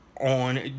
on